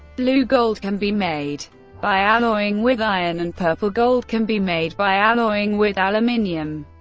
blue gold can be made by alloying with iron, and purple gold can be made by alloying with aluminium.